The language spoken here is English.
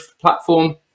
platform